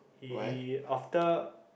he after